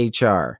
HR